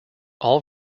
all